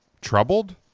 troubled